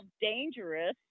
dangerous